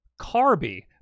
Carby